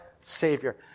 Savior